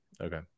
Okay